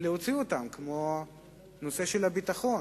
להוציא אותן, כמו נושא הביטחון.